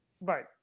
Right